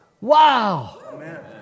Wow